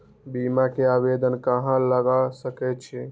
बीमा के आवेदन कहाँ लगा सके छी?